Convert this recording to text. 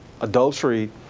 adultery